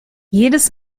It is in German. jedes